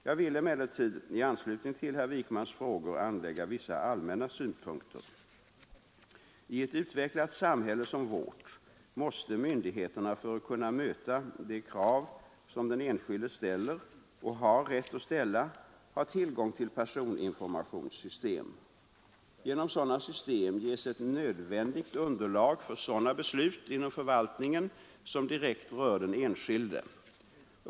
Jag vill emellertid i anslutning till herr Wijkmans frågor anlägga vissa allmänna synpunkter. I ett utvecklat samhälle som vårt måste myndigheterna, för att kunna möta de krav som den enskilde ställer och har rätt att ställa, ha tillgång till personinformationssystem. Genom sådana system ges ett nödvändigt underlag för sådana beslut inom förvaltningen som direkt rör den enskilde.